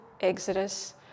Exodus